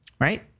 right